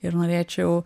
ir norėčiau